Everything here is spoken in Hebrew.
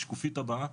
שקופית הבאה.